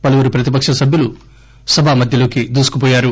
పలువురు ప్రతిపక సభ్యులు సభామధ్యంలోకి దూసుకుపోయారు